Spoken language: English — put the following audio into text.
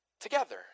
Together